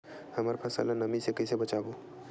हमर फसल ल नमी से क ई से बचाबो?